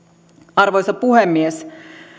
arvoisa puhemies